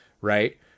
right